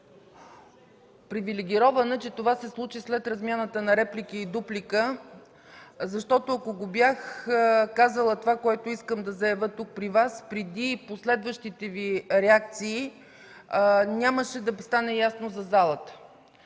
привилегирована, че това се случи след размяната на реплики и дуплика, защото, ако бях казала това, което искам да заявя тук преди последващите Ви реакции, нямаше да стане ясно за залата.